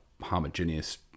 homogeneous